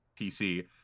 pc